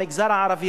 המגזר הערבי,